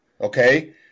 Okay